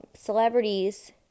celebrities